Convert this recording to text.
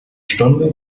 stunde